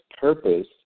purpose